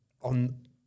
On